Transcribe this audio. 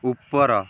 ଉପର